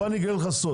בוא אני אגלה לך סוד,